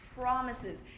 promises